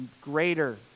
greater